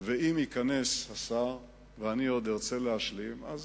ואם ייכנס השר ואני עוד ארצה להשלים, אז